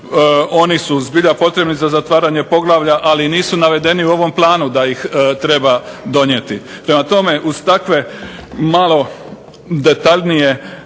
Oni su zbilja potrebni za zatvaranje poglavlja, ali nisu navedeni u ovom planu da ih treba donijeti. Prema tome, uz takva malo detaljnija